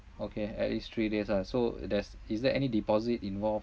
okay at least three days ah so there's is there any deposit involved